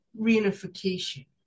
reunification